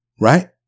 Right